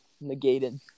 negated